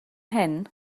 hyn